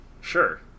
Sure